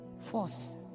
force